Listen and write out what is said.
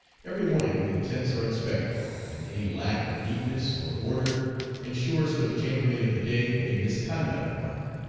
every morning the tents are inspected, and any lack of neatness or order insures for the chambermaid of the day a misconduct mark.